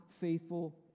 faithful